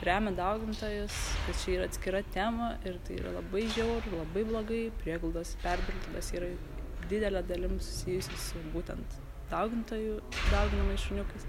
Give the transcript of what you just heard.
remia daugintojus kad čia yra atskira tema ir tai yra labai žiauru labai blogai prieglaudos perpildytos yra didele dalim susijusios su būtent daugintojų dauginamais šuniukais